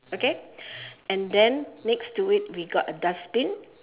okay and then next to it we got a dustbin